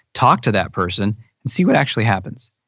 talk to that person and see what actually happens.